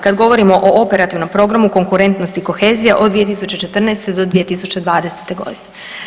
Kad govorimo o operativnim programu konkurentnosti i kohezije, od 2014. do 2020. godine.